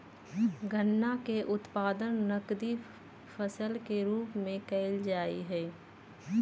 गन्ना के उत्पादन नकदी फसल के रूप में कइल जाहई